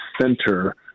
center